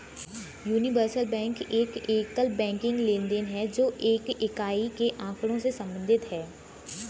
universal bank एक एकल banking लेनदेन है, जो एक इकाई के आँकड़ों से संबंधित है